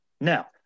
Now